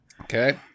Okay